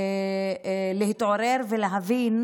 נתעורר ונבין